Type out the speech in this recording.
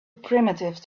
primitive